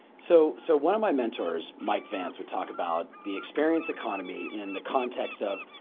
so so one of my mentors, mike vance, would talk about the experience economy in the context of,